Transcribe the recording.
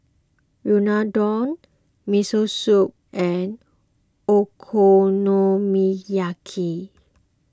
Unadon Miso Soup and Okonomiyaki